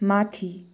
माथी